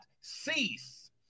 cease